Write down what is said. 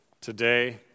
Today